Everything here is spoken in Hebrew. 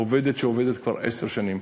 עובדת כבר עשר שנים,